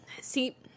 See